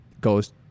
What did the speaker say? goes